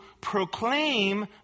proclaim